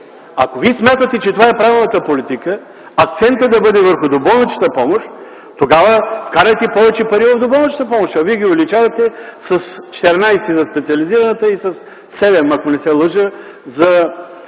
Ако Вие смятате, че това е правилната политика – акцентът да бъде в доболничната помощ, тогава вкарайте повече пари в доболничната помощ, а Вие ги увеличавате с 14 за специализираната и със 7, ако не се лъжа, за